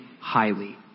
highly